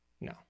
No